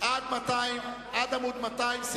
עד עמוד 200,